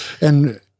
and-